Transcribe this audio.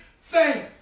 faith